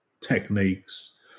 techniques